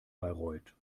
bayreuth